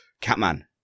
Catman